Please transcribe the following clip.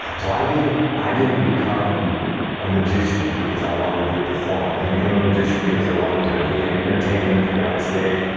so i didn't i didn't become a magician because i wanted to be a performer. i didn't become a magician because i wanted to be in entertainment or get on stage.